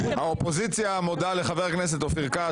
האופוזיציה מודה לחבר הכנסת אופיר כץ,